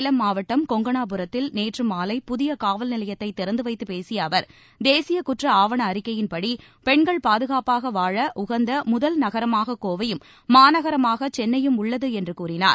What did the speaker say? சேலம் மாவட்டம் கொங்கணாபுரத்தில் நேற்று மாலை புதிய காவல்நிலையத்தை திறந்து வைத்தப் பேசிய அவர் தேசிய குற்ற ஆவண அறிக்கையின்படி பெண்கள் பாதுகாப்பாக வாழ உகந்த முதல் நகரமாக கோவையும் மாநகரமாக சென்னையும் உள்ளது என்று கூறினார்